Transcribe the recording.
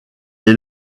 est